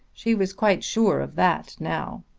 she was quite sure of that now.